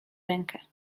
rękę